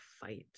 fight